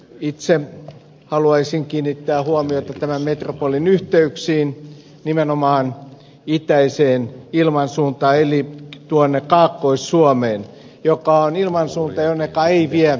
itse haluaisin kiinnittää huomiota tämän metropolin yhteyksiin nimenomaan itäiseen ilmansuuntaan eli tuonne kaakkois suomeen joka on ilmansuunta jonne ei vie raiteita